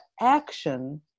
action